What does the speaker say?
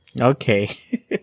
Okay